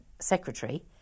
secretary